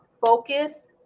focus